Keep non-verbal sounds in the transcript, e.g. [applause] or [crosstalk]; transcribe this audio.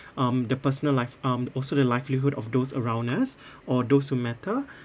um the personal life um also the livelihood of those around us [breath] or those who matter